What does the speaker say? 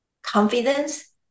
confidence